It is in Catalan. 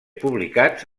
publicats